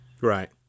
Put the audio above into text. Right